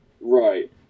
Right